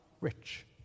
Rich